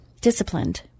disciplined